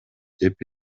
деп